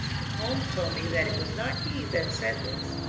but holmes told me that it was not he that said this.